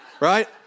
right